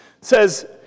says